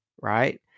right